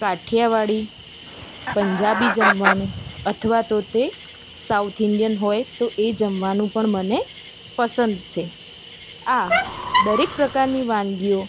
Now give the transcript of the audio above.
કાઠીયાવાડી પંજાબી જમવાનું અથવા તો તે સાઉથ ઇન્ડિયન હોય તો એ જમવાનું પણ મને પસંદ છે આ દરેક પ્રકારની વાનગીઓ